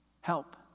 help